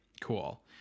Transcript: Cool